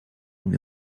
mnie